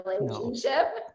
relationship